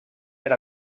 per